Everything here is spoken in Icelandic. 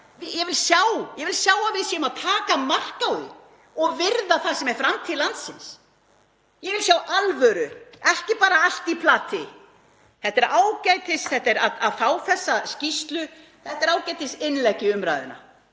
ég vil sjá að við séum að taka mark á því og virða það sem er framtíð landsins. Ég vil sjá alvöru, ekki bara allt í plati. Að fá þessa skýrslu er ágætisinnlegg í umræðuna